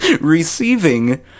receiving